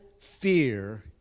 fear